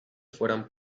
fueran